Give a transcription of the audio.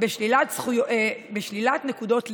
בשלילת נקודות ליגה,